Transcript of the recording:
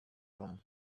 them